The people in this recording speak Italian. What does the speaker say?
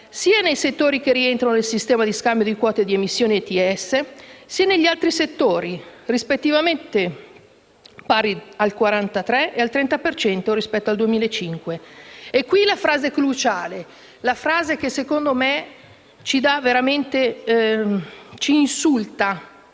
sia nei settori che rientrano nel sistema di scambio di quote di emissioni ETS, sia negli altri settori, rispettivamente pari al 43 e al 30 per cento rispetto al 2005; e qui vi è poi la frase cruciale, la frase che secondo me ci insulta: